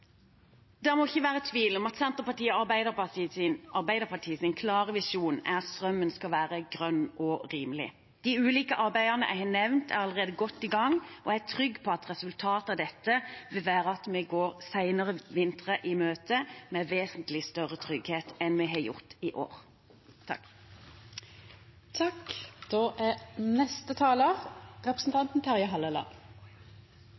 Det må ikke være tvil om at Senterpartiet og Arbeiderpartiets klare visjon er at strømmen skal være grønn og rimelig. De ulike arbeidene jeg har nevnt, er allerede godt i gang, og jeg er trygg på at resultatet av dette vil være at vi går senere vintre i møte med vesentlig større trygghet enn vi har gjort i år.